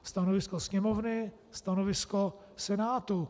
Stanovisko Sněmovny, stanovisko Senátu.